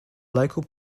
local